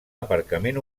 aparcament